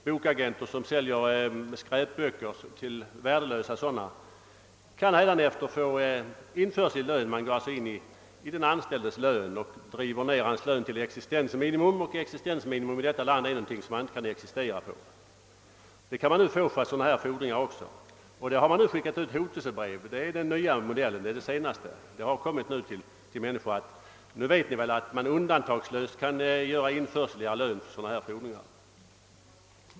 Bokagenter som säljer värdelösa böcker kan hädanefter begära införsel i en anställds lön och driva ned hans inkomster till existensminimum — och existensminimum i detta land är någonting som man inte kan existera på. Det har redan skickats ut hotelsebrev från inkassobyråer, i vilka de talar om för människor att de nu kan göra införsel i deras lön för sådana fordringar.